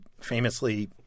famously